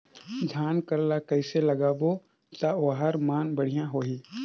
धान कर ला कइसे लगाबो ता ओहार मान बेडिया होही?